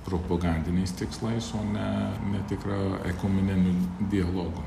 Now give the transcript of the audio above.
propagandiniais tikslais o ne netikra ekumeninio dialogo